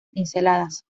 pinceladas